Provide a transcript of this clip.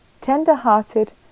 tender-hearted